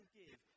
give